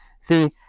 See